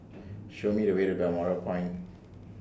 Show Me The Way to Balmoral Point